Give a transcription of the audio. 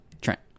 Trent